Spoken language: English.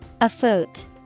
Afoot